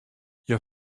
hja